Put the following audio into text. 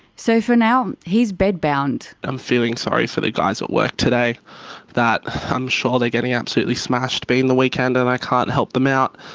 so for now he's bed-bound. i'm feeling sorry for the guys at work today that i'm sure they're getting absolutely smashed being the weekend and i can't help them out.